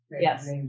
yes